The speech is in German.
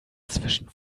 zwischen